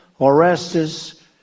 Orestes